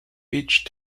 each